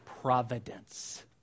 providence